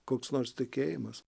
koks nors tikėjimas